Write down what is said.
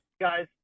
Guys